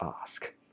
ask